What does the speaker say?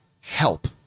help